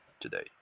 today